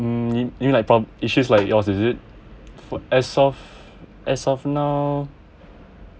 hmm you mean from issues like yours is it as of as of now